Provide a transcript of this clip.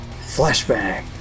Flashbang